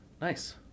nice